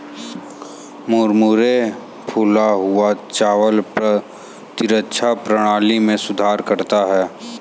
मुरमुरे फूला हुआ चावल प्रतिरक्षा प्रणाली में सुधार करता है